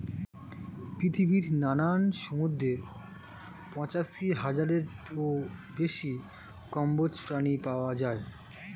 পৃথিবীর নানান সমুদ্রে পঁচাশি হাজারেরও বেশি কম্বোজ প্রাণী পাওয়া যায়